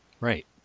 Right